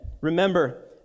Remember